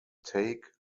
take